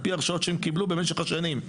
על פי ההרשאות שהם קיבלו במשך השנים.